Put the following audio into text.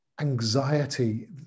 anxiety